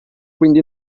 quindi